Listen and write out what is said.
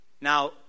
Now